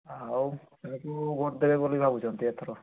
ଆଉ କାହାକୁ ଭୋଟ୍ ଦେବେ ବୋଲି ଭାବୁଛନ୍ତି ଏଥର